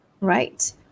right